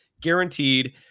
guaranteed